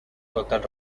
total